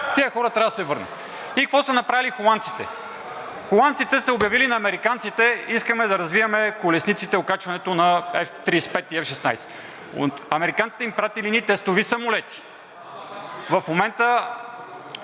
Тези хора трябва да се върнат. (Реплики.) Какво са направили холандците? Холандците са обявили на американците: искаме да развиваме колесниците и окачването на F-35 и F-16 и американците им изпратили едни тестови самолети. Поставили